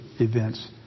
events